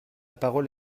parole